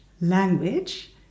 language